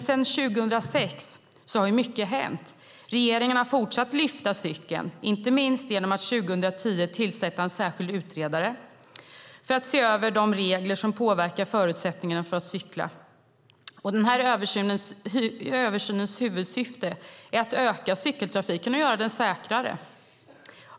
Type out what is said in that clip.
Sedan 2006 har dock mycket hänt. Regeringen har fortsatt lyfta fram cykeln, inte minst genom att 2010 tillsätta en särskild utredare för att se över de regler som påverkar förutsättningarna för att cykla. Översynens huvudsyfte är att öka cykeltrafiken och göra den säkrare.